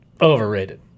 Overrated